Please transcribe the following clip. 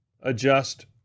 adjust